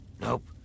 Nope